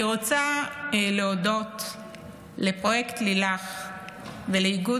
אני רוצה להודות ל"פרויקט לילך" ולאיגוד